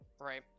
right